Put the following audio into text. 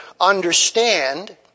understand